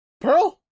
Pearl